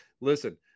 listen